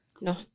No